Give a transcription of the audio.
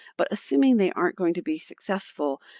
but assuming they aren't going to be successful,